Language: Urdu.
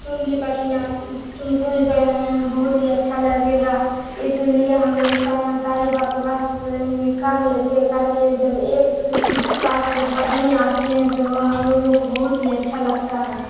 تم بھی پڑھنا تم کو بھی پڑھ بہت ہی اچھا لگے گا اس لیے ہم لوگ ساری بات بس میں کر لیتے ہیں کر کے جب ایک ساتھ جب پڑھنے آتے ہیں تو ہم لوگوں کو بہت ہی اچھا لگتا ہے